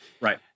Right